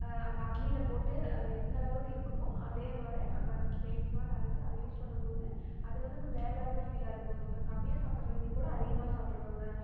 அந்த அம்மியில் போட்டு அது எந்த அளவுக்கு இருக்குமோ அதே மாரி நாங்கள் அதை பேஸ்ட்டு மாதிரி அரைச்சி அதை யூஸ் பண்ணும் போது அது வந்த இன்னும் வேறு லெவல் ஃபீலாயிருக்கும் கம்மியாக சாப்பிடுறவிங்க கூட அதிகமாக சாப்பிடுவாங்க